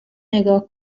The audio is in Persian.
نگاه